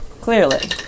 Clearly